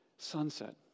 Sunset